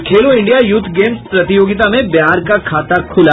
और Khelo India youth games प्रतियोगिता में बिहार का खाता खुला